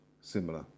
similar